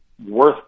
Worth